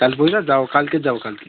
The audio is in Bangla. কালকে যাও কালকে